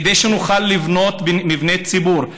כדי שנוכל לבנות מבני ציבור,